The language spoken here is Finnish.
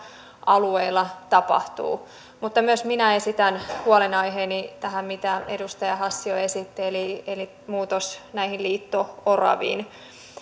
alueilla tapahtuu mutta myös minä esitän huolenaiheeni liittyen tähän mitä edustaja hassi jo esitti eli eli muutokseen näiden liito oravien osalta